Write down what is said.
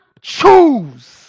Choose